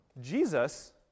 Jesus